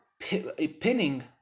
pinning